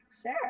Sure